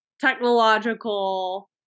technological